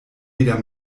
weder